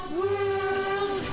world